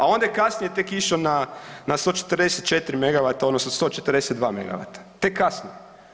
A onda je kasnije tek išao na 144 megavata, odnosno 142 megavata, tek kasnije.